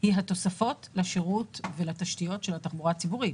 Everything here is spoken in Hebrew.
היא התוספות לשירות ולתשתיות של התחבורה הציבורית.